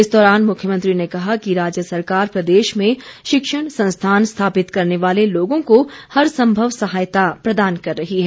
इस दौरान मुख्यमंत्री ने कहा कि राज्य सरकार प्रदेश में शिक्षण संस्थान स्थापित करने वाले लोगों को हर सम्भव सहायता प्रदान कर रही है